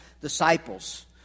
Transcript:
disciples